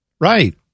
Right